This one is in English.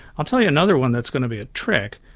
ah tell you another one that's going to be a trick.